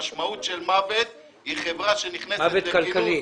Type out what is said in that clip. מוות כלכלי.